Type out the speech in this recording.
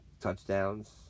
Touchdowns